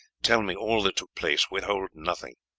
tell me all that took place withhold nothing.